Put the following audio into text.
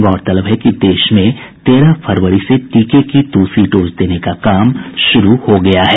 गौरतलब है कि देश में तेरह फरवरी से टीके की दूसरी डोज देने का काम शुरू हो गया है